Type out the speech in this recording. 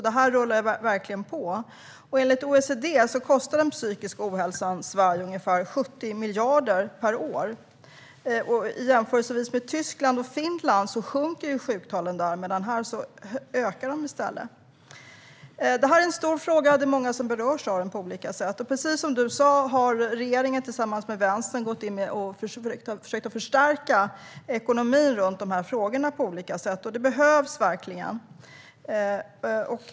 Det här rullar verkligen på. Enligt OECD kostar den psykiska ohälsan Sverige ungefär 70 miljarder per år. I Tyskland och Finland sjunker sjuktalen, men här ökar de i stället. Det här är en stor fråga. Det är många som berörs av den, på olika sätt. Precis som du sa, statsrådet, har regeringen tillsammans med Vänstern försökt förstärka ekonomin i de här frågorna på olika sätt. Det behövs verkligen.